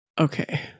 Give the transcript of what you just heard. Okay